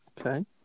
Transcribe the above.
Okay